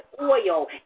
oil